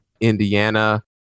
Indiana